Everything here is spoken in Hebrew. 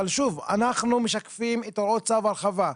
אבל שוב, אנחנו משקפים את הוראות צו ההרחבה.